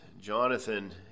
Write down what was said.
Jonathan